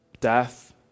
death